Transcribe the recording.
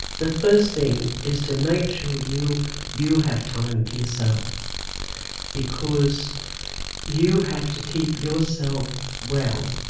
the first thing is to make sure you you have time for yourself because you have to keep yourself well,